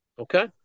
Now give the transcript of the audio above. Okay